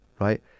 right